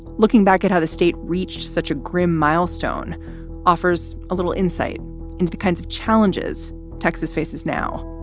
looking back at how the state reached such a grim milestone offers a little insight into the kinds of challenges texas faces now.